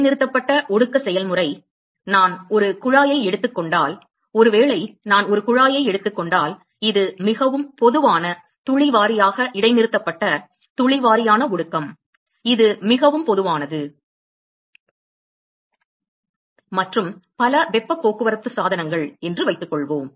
இடைநிறுத்தப்பட்ட ஒடுக்க செயல்முறை நான் ஒரு குழாயை எடுத்துக் கொண்டால் ஒருவேளை நான் ஒரு குழாயை எடுத்துக் கொண்டால் இது மிகவும் பொதுவான துளி வாரியாக இடைநிறுத்தப்பட்ட துளி வாரியான ஒடுக்கம் இது மிகவும் பொதுவானது மற்றும் பல வெப்பப் போக்குவரத்து சாதனங்கள் என்று வைத்துக்கொள்வோம்